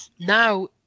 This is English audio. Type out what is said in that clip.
Now